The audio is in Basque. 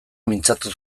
mintzatu